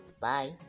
Bye